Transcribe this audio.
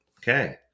Okay